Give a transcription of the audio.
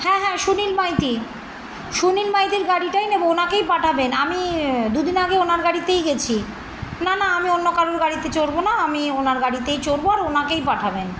হ্যাঁ হ্যাঁ সুনীল মাইতি সুনীল মাইতির গাড়িটাই নেবো ওনাকেই পাঠাবেন আমি দুদিন আগে ওনার গাড়িতেই গেছি না না আমি অন্য কারোর গাড়িতে চড়বো না আমি ওনার গাড়িতেই চড়বো আর ওনাকেই পাঠাবেন